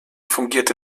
fungierte